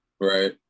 Right